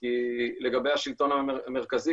כי לגבי שלטון המרכזי,